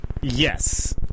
Yes